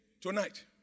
tonight